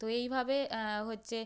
তো এইভাবে হচ্ছে